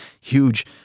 huge